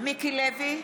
מיקי לוי,